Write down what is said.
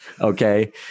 Okay